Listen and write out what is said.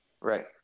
Right